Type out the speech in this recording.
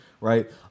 Right